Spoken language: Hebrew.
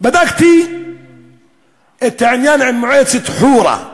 בדקתי את העניין עם מועצת חורה.